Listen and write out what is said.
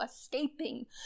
escaping